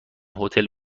هتل